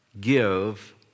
give